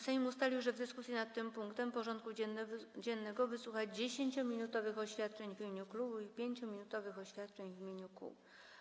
Sejm ustalił, że w dyskusji nad tym punktem porządku dziennego wysłucha 10-minutowych oświadczeń w imieniu klubów i 5-minutowych oświadczeń w imieniu kół.